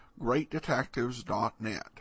GreatDetectives.net